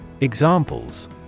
Examples